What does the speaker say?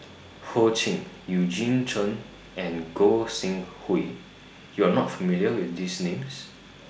Ho Ching Eugene Chen and Gog Sing Hooi YOU Are not familiar with These Names